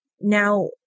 now